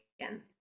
again